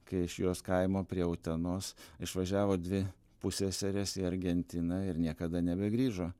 kai iš jos kaimo prie utenos išvažiavo dvi pusseserės į argentiną ir niekada nebegrįžo